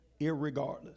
irregardless